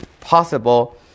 possible